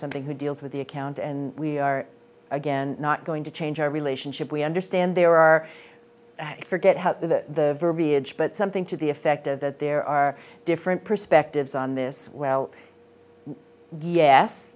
something who deals with the account and we are again not going to change our relationship we understand there are forget how the verbiage but something to the effect of that there are different perspectives on this well yes